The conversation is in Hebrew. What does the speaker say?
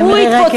גם הוא יתפוצץ,